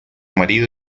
marido